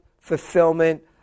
fulfillment